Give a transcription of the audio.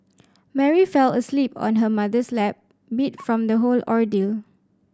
Mary fell asleep on her mother's lap beat from the whole ordeal